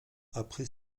après